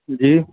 جی